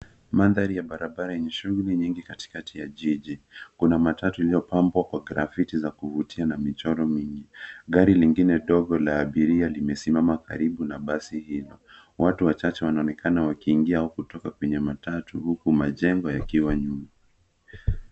Mandhari ya barabara yenye shughuli nyingi katikati ya jiji. Kuna matatu iliyopambwa kwa grafiti za kuvutia na michoro mingi. Gari lingine dogo la abiria limesimama karibu na basi hilo. Watu wachache wanaonekana wakiingia au kutoka kwenye matatu huku majengo yakiwa nyuma.